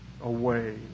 away